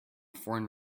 foreign